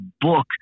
book